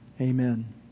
Amen